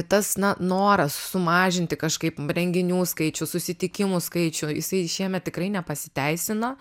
tas na noras sumažinti kažkaip renginių skaičių susitikimų skaičių jisai šiemet tikrai nepasiteisino